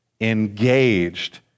engaged